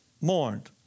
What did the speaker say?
mourned